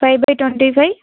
five by twenty five